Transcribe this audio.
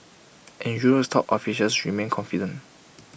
and Europe's top officials remain confident